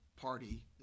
party